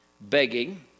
begging